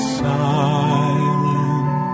silent